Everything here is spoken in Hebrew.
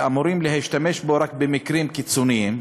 ואמורים להשתמש בו רק במקרים קיצוניים.